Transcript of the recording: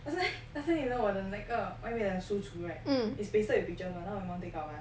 last time you know 我的那个外面的书橱 right it's pasted with pictures [one] now I want take out mah